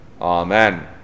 Amen